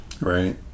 right